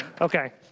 Okay